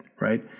right